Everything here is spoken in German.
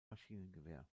maschinengewehr